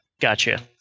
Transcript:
Gotcha